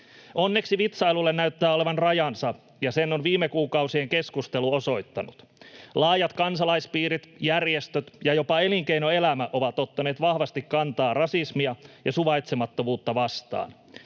Onneksi vitsailulla näyttää olevan rajansa, ja sen on viime kuukausien keskustelu osoittanut. Laajat kansalaispiirit, järjestöt ja jopa elinkeinoelämä ovat ottaneet vahvasti kantaa rasismia ja suvaitsemattomuutta vastaan.